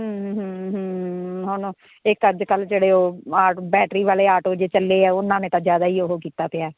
ਹੁਣ ਇੱਕ ਅੱਜ ਕੱਲ ਜਿਹੜੇ ਉਹ ਆਟ ਬੈਟਰੀ ਵਾਲੇ ਆਟੋ ਜਿਹੇ ਚੱਲੇ ਆ ਉਹਨਾਂ ਨੇ ਤਾਂ ਜਿਆਦਾ ਹੀ ਉਹ ਕੀਤਾ ਪਿਆ